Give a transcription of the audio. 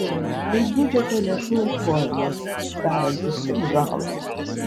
tai biudžeto lėšų eikvojimas darantis tik žalą